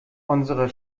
unsere